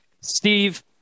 Steve